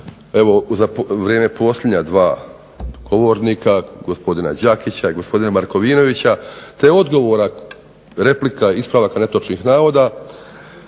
evo za vrijeme posljednja dva govornika, gospodina Đakića i gospodina Markovinovića te odgovora, replika, ispravaka netočnih navoda,